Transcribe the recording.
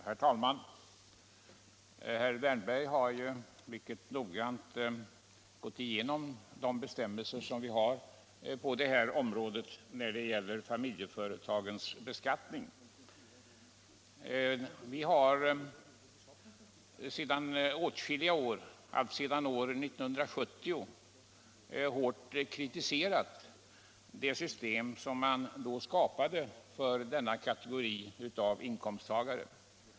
Herr talman! Herr Wärnberg har ju mycket noggrant gått igenom de bestämmelser som vi har på det här området när det gäller familjeföretagens beskattning. Vi har sedan åtskilliga år, alltsedan år 1970, hårt kritiserat det system som man då skapade för denna kategori av inkomsttagare.